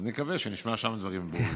אז נקווה שנשמע שם דברים ברורים.